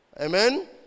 Amen